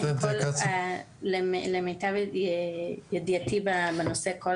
אתם יודעים לתת אינדיקציה?